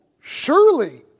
surely